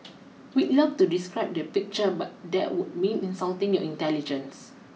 we'd love to describe the picture but that would mean insulting your intelligence